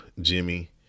Jimmy